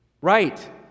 Right